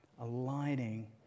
Aligning